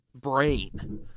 brain